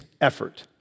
effort